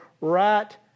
right